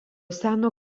seno